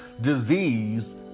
disease